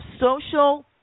social